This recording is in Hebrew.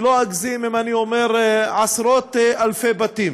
אני לא אגזים אם אני אומר, של עשרות-אלפי בתים.